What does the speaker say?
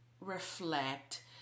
reflect